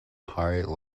higher